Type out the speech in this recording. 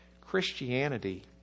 Christianity